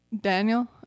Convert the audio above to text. Daniel